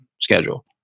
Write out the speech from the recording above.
schedule